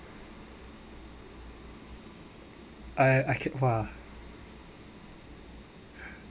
I I can't !wah!